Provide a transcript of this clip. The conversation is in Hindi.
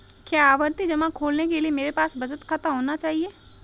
क्या आवर्ती जमा खोलने के लिए मेरे पास बचत खाता होना चाहिए?